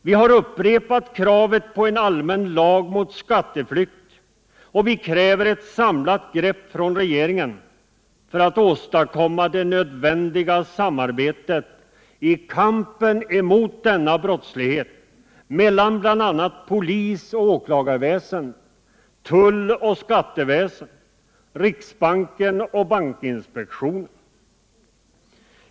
Vi har upprepat kravet på en allmän lag mot skatteflykt, och vi kräver ett samlat grepp från regeringen för att åstadkomma det nödvändiga samarbetet i kampen mot denna brottslighet mellan bl.a. polisoch åklagarväsendet, tulloch skatteväsendet, riksbanken och bankinspektionen.